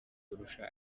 kurusha